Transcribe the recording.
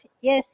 Yes